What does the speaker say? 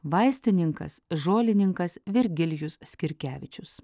vaistininkas žolininkas virgilijus skirkevičius